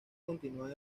continúan